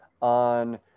on